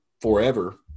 forever